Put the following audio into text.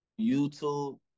YouTube